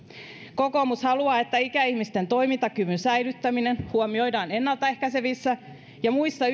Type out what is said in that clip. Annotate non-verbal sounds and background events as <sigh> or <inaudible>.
kokoomus haluaa että ikäihmisten toimintakyvyn säilyttäminen huomioidaan ennaltaehkäisevissä ja muissa <unintelligible>